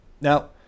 Now